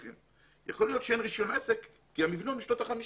יכול להיות שאין רישיון עסק כי המבנה הוא משנות ה-50,